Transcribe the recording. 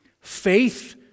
Faith